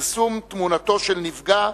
פרסום תמונתו של נפגע),